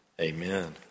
amen